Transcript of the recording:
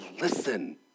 listen